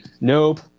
nope